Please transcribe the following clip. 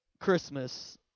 Christmas